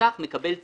המבוטח מקבל תשואה,